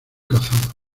cazado